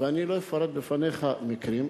ואני לא אפרט בפניך מקרים,